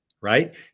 right